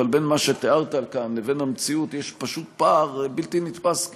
אבל בין מה שתיארת כאן לבין המציאות יש פשוט פער בלתי נתפס כמעט.